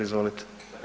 Izvolite.